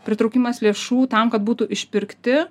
pritraukimas lėšų tam kad būtų išpirkti